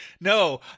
No